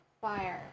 fire